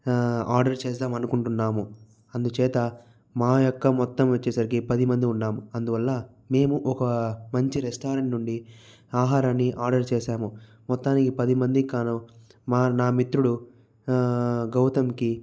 order చేస్తాం అనుకుంటున్నాము అందుచేత మా యొక్క మొత్తం వచ్చేసరికి పదిమంది ఉన్నాం అందువల్ల మేము ఒక మంచి రెస్టారెంట్ నుండి ఆహారాన్ని ఆర్డర్ చేశాము మొత్తానికి పదిమంది కాను మా నా మిత్రుడు గౌతమ్కి